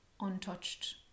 untouched